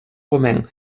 romain